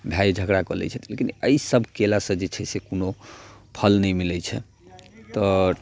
भाइये झगड़ा कऽ लै छथिन लेकिन एहि सब केला सऽ जे छै से कुनो फल नै मिलै छै तऽ